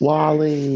Wally